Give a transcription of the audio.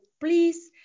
please